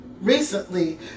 Recently